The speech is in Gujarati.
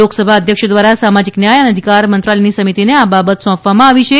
લોકસભા અધ્યક્ષ દ્વારા સામાજીક ન્યાય અને અધિકાર મંત્રાલયની સમિતિને આ બાબત સોંપવામાં આવી છે